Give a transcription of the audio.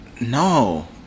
No